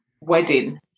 wedding